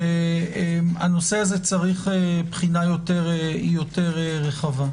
שהנושא זה צריך בחינה יותר רחבה.